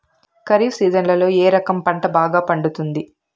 ఖరీఫ్ సీజన్లలో ఏ రకం పంట బాగా పండుతుంది